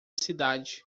cidade